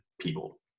people